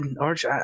Arch